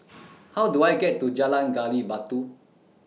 How Do I get to Jalan Gali Batu